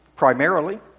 Primarily